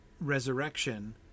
resurrection